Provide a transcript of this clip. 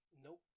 Nope